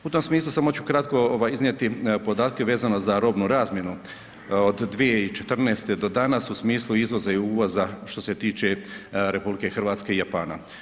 U tom smislu samo ću kratko iznijeti podatke vezano za robnu razmjenu, od 2014. do danas u smislu izvoza i uvoza što se tiče RH i Japana.